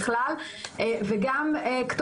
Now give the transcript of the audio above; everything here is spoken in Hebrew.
וגם כמובן בכלל.